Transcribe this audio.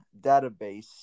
database